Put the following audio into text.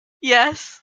yes